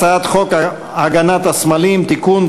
הצעת חוק הגנת סמלים (תיקון,